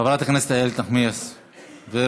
חברת הכנסת איילת נחמיאס ורבין,